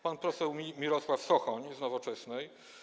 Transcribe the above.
Pan poseł Mirosław Sochoń z Nowoczesnej.